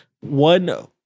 one